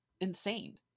insane